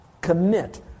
Commit